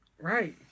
Right